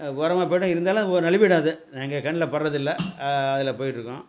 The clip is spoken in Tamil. ஓரமாக போயிடும் இருந்தாலும் நழுவிடும் அது எங்க கண்ணில்ப்பட்றதில்ல அதில் போயிட்டிருக்கும்